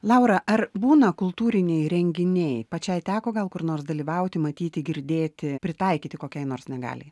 laura ar būna kultūriniai renginiai pačiai teko gal kur nors dalyvauti matyti girdėti pritaikyti kokiai nors negaliai